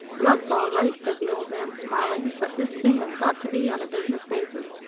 love's all right! said the old man, smiling but this thing has got to be on a business basis,